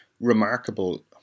remarkable